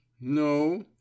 No